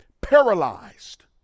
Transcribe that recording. paralyzed